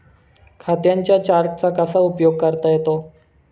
खात्यांच्या चार्टचा कसा उपयोग करता येतो?